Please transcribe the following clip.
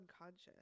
unconscious